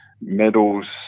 medals